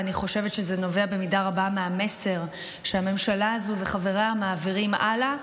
ואני חושבת שזה נובע במידה רבה מהמסר שהממשלה הזו וחבריה מעבירים הלאה,